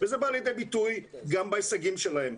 וזה בא לידי ביטוי גם בהישגים שלהם.